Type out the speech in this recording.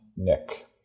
Nick